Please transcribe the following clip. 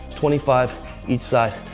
twenty five each side.